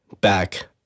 back